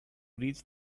reach